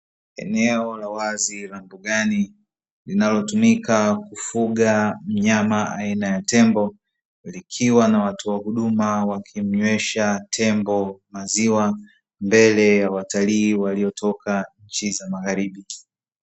Eneo la wazi rambo gani linalotumika kufuga mnyama aina ya tembo, likiwa na watu wa huduma wakimnywesha tembo maziwa mbele ya watalii waliotoka nchi za magharibi.